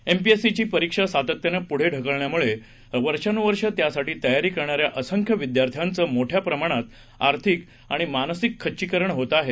एमपीएससीच्या परीक्षा सातत्यानं पुढे ढकलण्यामुळे वर्षानुवर्षे त्यासाठी तयारी करणाऱ्या असंख्य विद्यार्थ्यांचं मोठ्या प्रमाणात आर्थिक आणि मानसिक खच्चीकरण होत आहे